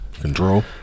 Control